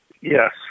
Yes